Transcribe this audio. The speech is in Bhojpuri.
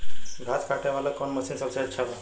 घास काटे वाला कौन मशीन सबसे अच्छा बा?